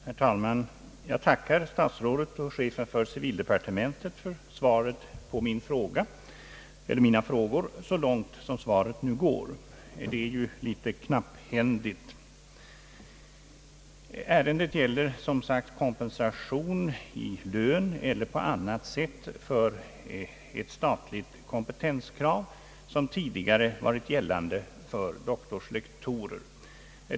Herr talman! Jag tackar statsrådet och chefen för civildepartementet för svaret på mina frågor så långt som svaret nu går — det är ju litet knapphändigt. Ärendet gäller som sagt kompensation i lön eller på annat sätt för ett statligt kompetenskrav som tidigare funnits för doktorslektorer.